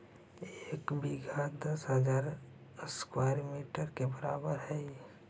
एक बीघा दस हजार स्क्वायर मीटर के बराबर हई